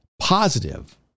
positive